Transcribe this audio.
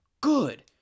good